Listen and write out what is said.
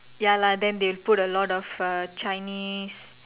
ya lah then they put a lot of uh Chinese